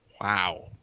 Wow